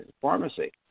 pharmacy